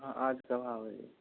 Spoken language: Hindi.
हाँ आज का भाव है ये